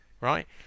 right